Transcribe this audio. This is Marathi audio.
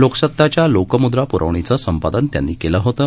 लोकसताच्या लोकमुद्रा प्रवणीचं संपादन त्यांनी केलं होतं